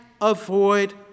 avoid